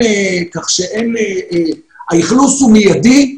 כך שהאכלוס הוא מיידי.